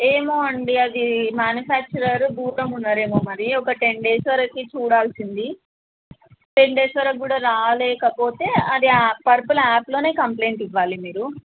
ఏమో అండి అది మాన్యుఫ్యాక్చరర్ భూతం ఉన్నారేమో మరి ఒక టెన్ డేస్ వరకు చూడాల్సింది టెన్ డేస్ వరకు కూడా రాలేకపోతే అది పర్పుల్ యా యాప్లోనే కంప్లెయింట్ ఇవ్వాలి మీరు